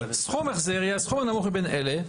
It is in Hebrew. סכום ההחזר יהיה הסכום הנמוך מבין אלה,